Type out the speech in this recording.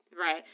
Right